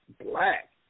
black